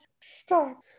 stop